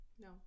No